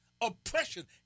Oppression